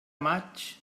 maig